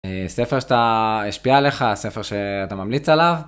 ספר שהשפיע עליך, ספר שאתה ממליץ עליו.